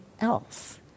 else